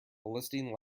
eliciting